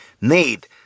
need